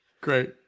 Great